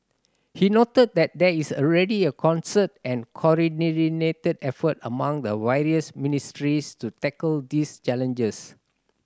he noted that there is already a concerted and effort among the various ministries to tackle these challenges